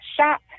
shop